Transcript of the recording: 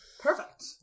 Perfect